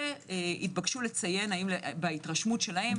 וההתרשמות שלהם